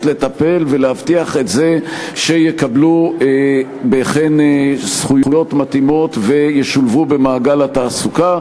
לטפל ולהבטיח שהם יקבלו זכויות מתאימות וישולבו במעגל התעסוקה.